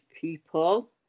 people